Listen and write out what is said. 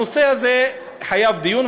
הנושא הזה מחייב דיון,